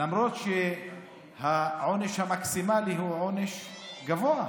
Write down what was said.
למרות שהעונש המקסימלי הוא עונש גבוה,